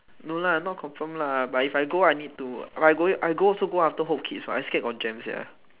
no lah not confirm lah but if I go I need to I go I go also go after hope kids what I scared got jam sia